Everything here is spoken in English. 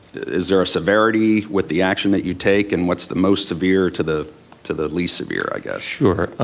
is there a severity with the action that you take, and what's the most severe to the to the least severe, i guess. sure.